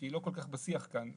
שהיא לא כל כך בשיח כאן.